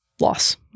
Loss